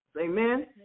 Amen